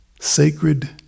Sacred